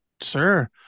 sir